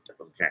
okay